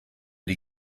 die